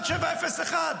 1701,